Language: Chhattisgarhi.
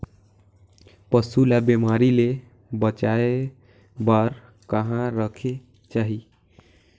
पशु ला बिमारी ले बचाय बार कहा रखे चाही?